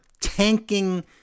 tanking